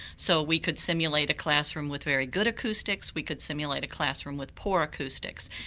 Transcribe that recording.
so we could simulate a classroom with very good acoustics, we could simulate a classroom with poor acoustics,